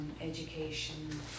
education